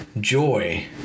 joy